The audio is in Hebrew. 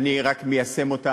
אני רק מיישם אותה.